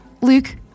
Luke